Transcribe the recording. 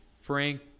Frank